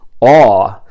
awe